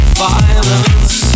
violence